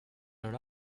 her